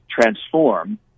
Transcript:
transform